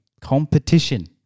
competition